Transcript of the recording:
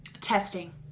testing